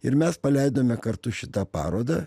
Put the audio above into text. ir mes paleidome kartu šitą parodą